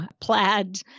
plaid